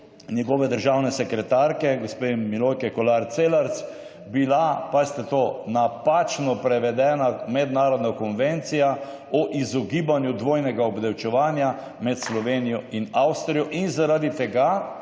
njegove državne sekretarke gospe Milojke Kolar Celarc bila, pa sta to napačno prevedena mednarodna konvencija o izogibanju dvojnega obdavčevanja med Slovenijo in Avstrijo in zaradi tega